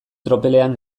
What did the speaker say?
tropelean